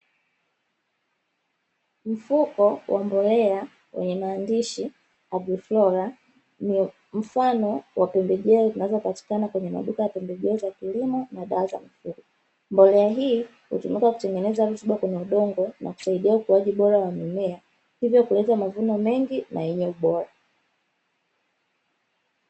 Mfuko wa mbolea wenye maandishi "HAPPY FLORA", ni mfano wa pembejeo zinazopatikana kwenye maduka ya pembejeo za kilimo na dawa za mifugo, Mbolea Hii Hutumika kutengeneza rutuba kwenye udongo na husaidia ukuwaji bora wa mimea hivyo kuleta mavuno mengi na yenye ubora.